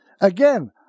Again